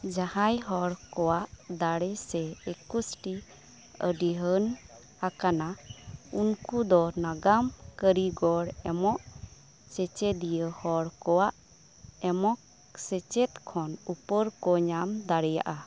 ᱡᱟᱦᱟᱸᱭ ᱦᱚᱲᱠᱚᱣᱟᱜ ᱫᱟᱲᱮ ᱥᱮ ᱮᱠᱩᱥᱴᱤ ᱟᱹᱰᱤ ᱦᱟᱹᱱ ᱟᱠᱟᱱᱟ ᱩᱱᱠᱩ ᱫᱚ ᱱᱟᱜᱟᱢ ᱠᱟᱹᱨᱤᱜᱚᱨ ᱮᱢᱚᱜ ᱥᱮᱪᱮᱫᱤᱭᱟᱹ ᱦᱚᱲ ᱠᱚᱣᱟᱜ ᱮᱢᱚᱜ ᱥᱮᱪᱮᱫ ᱠᱷᱚᱱ ᱩᱯᱚᱨ ᱠᱚ ᱧᱟᱢ ᱫᱟᱲᱤᱭᱟᱜᱼᱟ